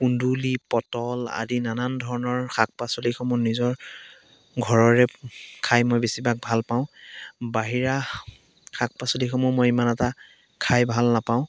কুন্দুলি পটল আদি নানান ধৰণৰ শাক পাচলিসমূহ নিজৰ ঘৰৰে খাই মই বেছিভাগ ভাল পাওঁ বাহিৰা শাক পাচলিসমূহ মই ইমান এটা খাই ভাল নাপাওঁ